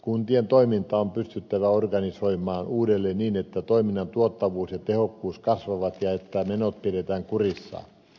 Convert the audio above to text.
kuntien toiminta on pystyttävä organisoimaan uudelleen niin että toiminnan tuottavuus ja tehokkuus kasvavat ja että menot pidetään kurissa